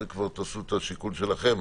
תעשו את השיקול שלכם.